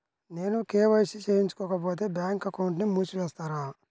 నేను కే.వై.సి చేయించుకోకపోతే బ్యాంక్ అకౌంట్ను మూసివేస్తారా?